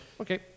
okay